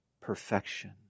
perfection